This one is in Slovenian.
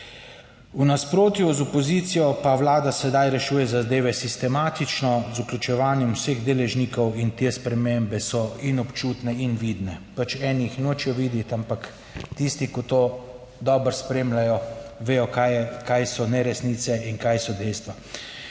V nasprotju z opozicijo pa Vlada sedaj rešuje zadeve sistematično z vključevanjem vseh deležnikov in te spremembe so in občutne in vidne, pač eni jih nočejo videti, ampak tisti, ki to dobro spremljajo, vedo kaj je, kaj so neresnice in kaj so dejstva.